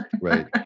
Right